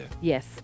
Yes